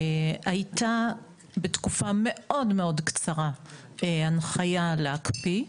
הייתה בתקופה מאוד קצרה הנחיה להקפיא,